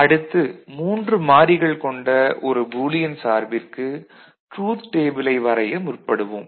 x z அடுத்து 3 மாறிகள் கொண்ட ஒரு பூலியன் சார்பிற்கு ட்ரூத் டேபிளை வரைய முற்படுவோம்